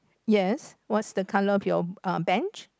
yes what's the colour of your um bench